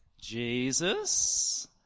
Jesus